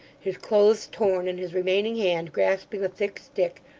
his clothes torn, and his remaining hand grasping a thick stick,